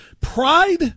pride